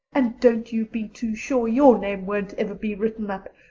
and don't you be too sure your name won't ever be written up.